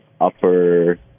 upper